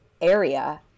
area